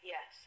Yes